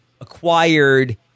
acquired